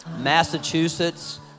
Massachusetts